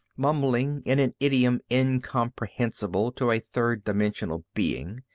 mumbling in an idiom incomprehensible to a third-dimensional being,